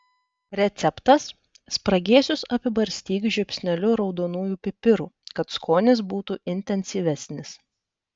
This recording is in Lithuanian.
receptas spragėsius apibarstyk žiupsneliu raudonųjų pipirų kad skonis būtų intensyvesnis